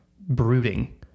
brooding